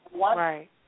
right